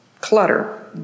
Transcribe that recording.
clutter